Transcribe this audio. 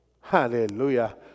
Hallelujah